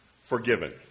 forgiven